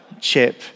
chip